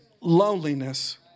loneliness